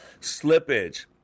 Slippage